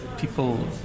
People